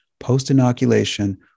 post-inoculation